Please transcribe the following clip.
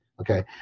okay